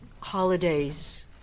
holidays